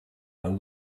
and